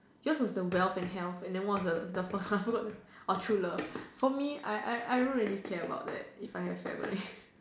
yours was the wealth and health and then what was the first one I forgot uh true love for me I don't really care about the if I have family